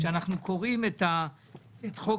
כשאנחנו קוראים את חוק-היסוד,